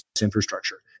infrastructure